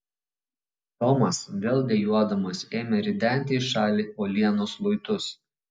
tomas vėl dejuodamas ėmė ridenti į šalį uolienos luitus